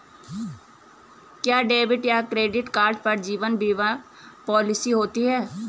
क्या डेबिट या credit card पर जीवन बीमा पॉलिसी होती है?